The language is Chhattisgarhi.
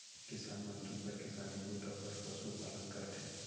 किसान मन दूद बर किसानी बूता बर पसु पालन करथे